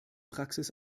praxis